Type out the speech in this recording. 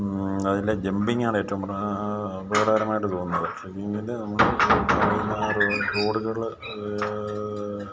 അതിൽ ജെമ്പിങ്ങാണ് ഏറ്റവും അപകടകരമായിട്ട് തോന്നുന്നത് ട്രക്കിങ്ങിന് നമ്മൾ റോഡുകൾ